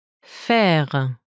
Faire